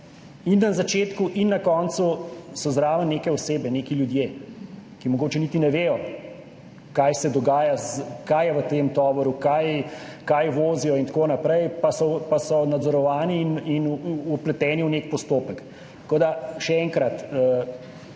in na začetku in na koncu so zraven neke osebe, neki ljudje, ki mogoče niti ne vedo, kaj se dogaja, kaj je v tem tovoru, kaj vozijo in tako naprej, pa so nadzorovani in vpleteni v nek postopek. Tako da, še enkrat,